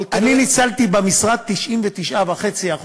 אני ניצלתי במשרד 99.5%